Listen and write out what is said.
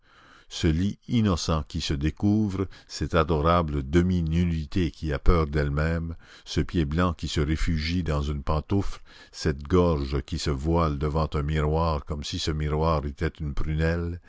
ce lit innocent qui se découvre cette adorable demi nudité qui a peur d'elle-même ce pied blanc qui se réfugie dans une pantoufle cette gorge qui se voile devant un miroir comme si ce miroir était une prunelle